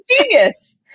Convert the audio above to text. genius